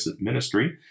ministry